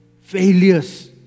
failures